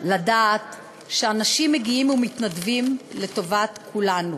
לדעת שאנשים מגיעים ומתנדבים לטובת כולנו,